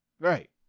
Right